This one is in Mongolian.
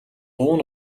дуу